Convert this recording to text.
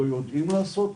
לא יודעים מה לעשות,